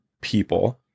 people